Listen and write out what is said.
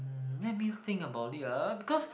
hmm let me think about it ah because